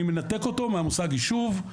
אני מנתק אותו מהמושג יישוב,